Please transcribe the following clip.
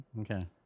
Okay